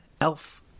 Elf